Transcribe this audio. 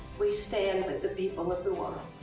we stand with the people of the world.